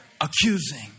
Accusing